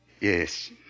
Yes